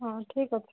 ହଁ ଠିକ୍ ଅଛି